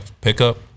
pickup